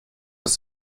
das